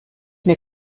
mir